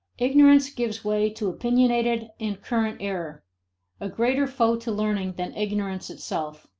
ignorance gives way to opinionated and current error a greater foe to learning than ignorance itself.